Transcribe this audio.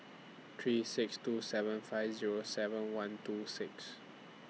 three six two seven five Zero seven one two six